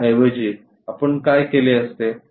त्याऐवजी आपण काय केले असते